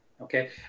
okay